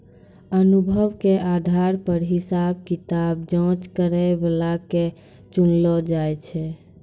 अनुभव के आधार पर हिसाब किताब जांच करै बला के चुनलो जाय छै